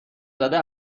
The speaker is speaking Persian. زده